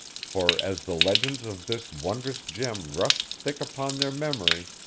for, as the legends of this wondrous gem rushed thick upon their memory,